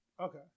okay